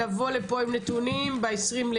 תבואו לפה עם נתונים ב-20.6.